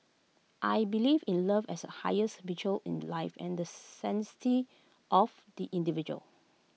I believe in love as the highest virtue in life and the sanctity of the individual